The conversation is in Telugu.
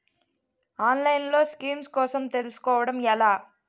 ఆన్లైన్లో స్కీమ్స్ కోసం తెలుసుకోవడం ఎలా?